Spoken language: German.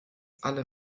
alle